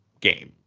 game